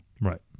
Right